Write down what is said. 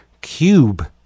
cube